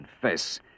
confess